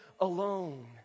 alone